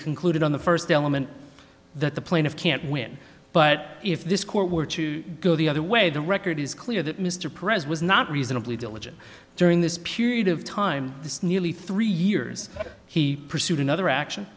concluded on the first element that the plaintiff can't win but if this court were to go the other way the record is clear that mr pres was not reasonably diligent during this period of time this nearly three years he pursued another action